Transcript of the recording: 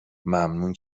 ممنون